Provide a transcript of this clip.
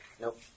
Nope